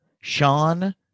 Sean